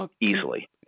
easily